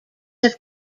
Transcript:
have